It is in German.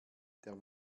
der